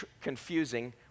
confusing